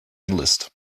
enlist